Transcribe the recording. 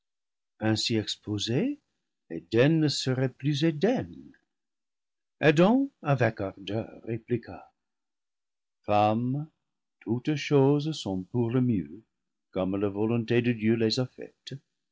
ainsi exposé eden ne ce serait plus eden adam avec ardeur répliqua femme toutes choses sont pour le mieux comme la vo lonté de dieu les a faites